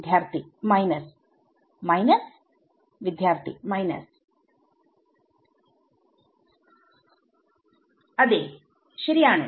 വിദ്യാർത്ഥി minus minus വിദ്യാർത്ഥി minus അതേ ശരിയാണ്